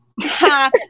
Ha